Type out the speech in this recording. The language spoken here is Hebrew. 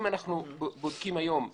אם אנחנו בודקים היום בנגב,